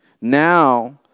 Now